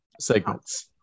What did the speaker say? segments